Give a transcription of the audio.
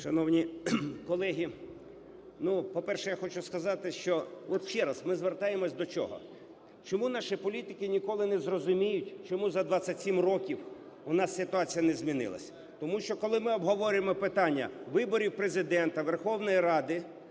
Шановні колеги, ну, по-перше, я хочу сказати, що, от ще раз, ми звертаємось до чого. Чому наші політики ніколи не зрозуміють, чому за 27 років у нас ситуація не змінилась? Тому що, коли ми обговорюємо питання виборів Президента, Верховної Ради,